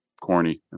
corny